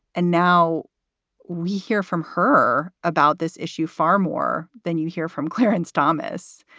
and now we hear from her about this issue far more than you hear from clarence thomas.